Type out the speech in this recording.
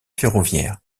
ferroviaires